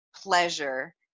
pleasure